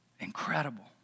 Incredible